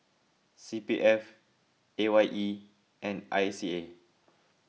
C P F A Y E and I C A